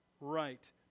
right